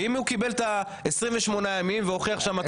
ואם הוא קיבל את ה- 28 ימים והוכיח שהמצב